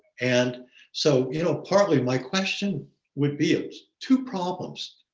and so you know, partly, my question would be ah two problems,